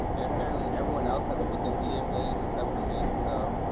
and apparently everyone else has a wikipedia page except for me, so,